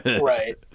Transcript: right